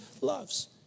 loves